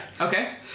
Okay